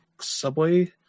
Subway